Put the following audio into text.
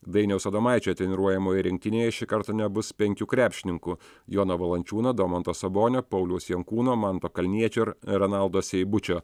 dainiaus adomaičio treniruojamoje rinktinėje šį kartą nebus penkių krepšininkų jono valančiūno domanto sabonio pauliaus jankūno manto kalniečio ir renaldo seibučio